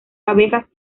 abejas